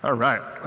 ah right.